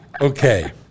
Okay